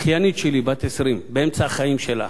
אחיינית שלי, בת 20, באמצע החיים שלה,